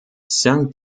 cinq